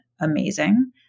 amazing